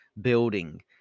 building